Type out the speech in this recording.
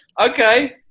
Okay